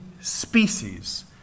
species